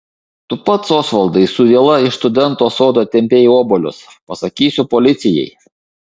tu pats osvaldai su viela iš studento sodo tempei obuolius pasakysiu policijai